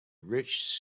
rich